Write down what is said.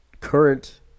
current